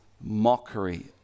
mockery